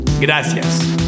Gracias